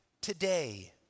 today